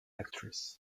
actress